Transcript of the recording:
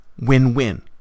win-win